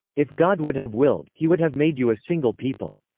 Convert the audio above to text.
if god would have willed, he would have made you a single people.